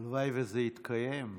הלוואי שזה יתקיים,